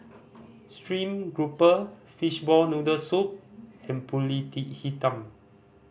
stream grouper fishball noodle soup and Pulut Hitam